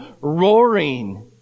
roaring